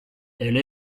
elle